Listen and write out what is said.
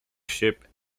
ship